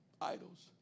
idols